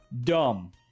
Dumb